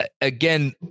Again